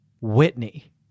Whitney